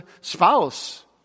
spouse